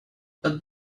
but